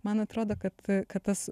man atrodo kad kad tas